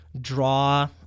draw